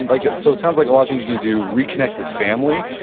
and like it and so sounds like a lot of things you can do, reconnect with family,